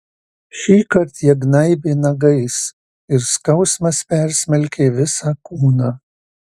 šįkart jie gnaibė nagais ir skausmas persmelkė visą kūną